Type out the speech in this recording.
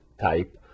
type